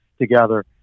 together